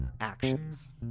actions